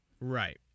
Right